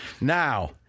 Now